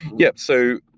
yeah. so,